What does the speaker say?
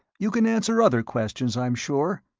you can answer other questions, i'm sure.